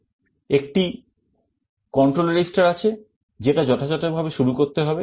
এবং একটি control register আছে যেটা যথাযথভাবে শুরু করতে হবে